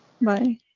Bye